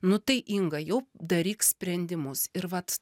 nu tai inga jau daryk sprendimus ir vat